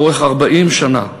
לאורך 40 שנה,